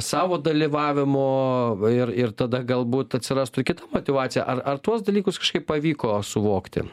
savo dalyvavimo ir ir tada galbūt atsirastų kita motyvacija ar ar tuos dalykus kažkaip pavyko suvokti